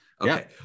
okay